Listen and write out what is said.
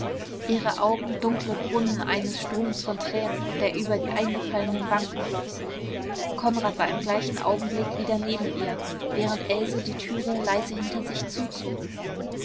ihre augen dunkle brunnen eines stroms von tränen der über die eingefallenen wangen floß konrad war im gleichen augenblick wieder neben ihr während else die türe leise hinter sich zuzog